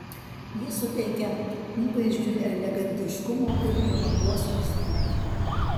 jis suteikia įvaizdžiui elegantiškumo ir prabangos įspūdį